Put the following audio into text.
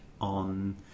on